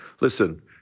Listen